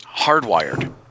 Hardwired